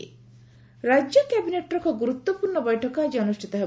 ରାଜ୍ୟ କ୍ୟାବିନେଟ୍ ବୈଠକ ରାଜ୍ୟ କ୍ୟାବିନେଟ୍ର ଏକ ଗୁରୁତ୍ୱପୂର୍ଷ ବୈଠକ ଆକି ଅନୁଷ୍ଷିତ ହେବ